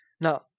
now